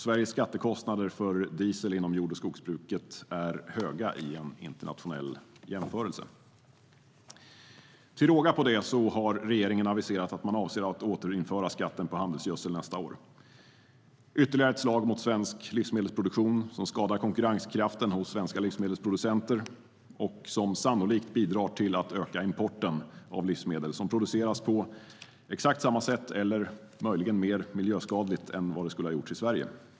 Sveriges skattekostnader för diesel inom jord och skogsbruket är höga i en internationell jämförelse. Till råga på det har regeringen aviserat att man avser att återinföra skatten på handelsgödsel nästa år. Det är ytterligare ett slag mot svensk livsmedelsproduktion som skadar konkurrenskraften hos svenska livsmedelsproducenter och sannolikt bidrar till att öka importen av livsmedel som producerats på exakt samma sätt, eller möjligen mer miljöskadligt, än det skulle ha gjorts i Sverige.